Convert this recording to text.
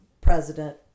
president